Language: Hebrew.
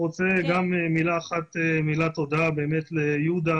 מילת תודה ליהודה,